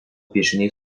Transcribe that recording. piešiniai